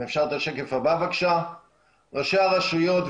ראשי הרשויות,